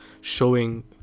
showing